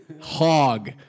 hog